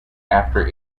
after